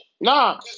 Nah